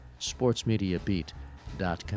sportsmediabeat.com